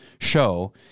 show